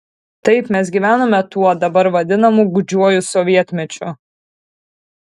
taip mes gyvenome tuo dabar vadinamu gūdžiuoju sovietmečiu